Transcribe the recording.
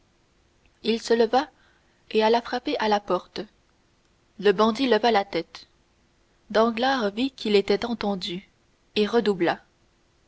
il se leva et alla frapper à la porte le bandit leva la tête danglars vit qu'il était entendu et redoubla